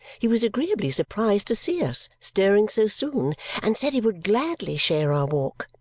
he was agreeably surprised to see us stirring so soon and said he would gladly share our walk.